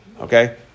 Okay